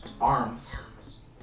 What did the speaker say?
Arms